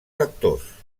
sectors